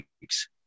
weeks